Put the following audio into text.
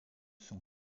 sont